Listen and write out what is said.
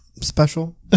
special